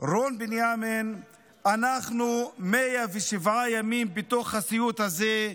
רון בנימין: "אנחנו 107 ימים בתוך הסיוט הזה,